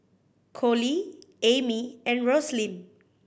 Coley Amy and Roslyn